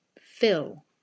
Fill